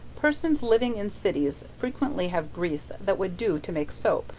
persons living in cities frequently have grease that would do to make soap,